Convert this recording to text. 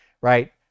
Right